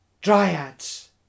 Dryads